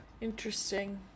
Interesting